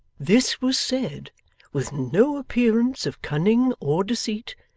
this was said with no appearance of cunning or deceit,